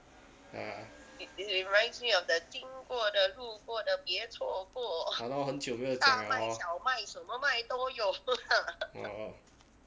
ah !hannor! 很久没有讲过了 lor orh